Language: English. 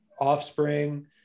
offspring